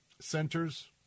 centers